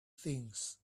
things